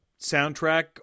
soundtrack